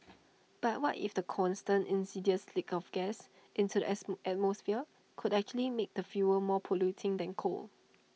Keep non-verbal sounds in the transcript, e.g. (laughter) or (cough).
but what if the constant insidious leaks of gas into the (unintelligible) atmosphere could actually make the fuel more polluting than coal